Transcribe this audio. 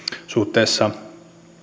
suhteessa